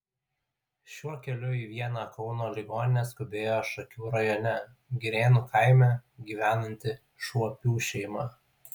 šiuo keliu į vieną kauno ligoninę skubėjo šakių rajone girėnų kaime gyvenanti šuopių šeima